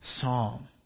psalm